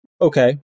Okay